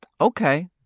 Okay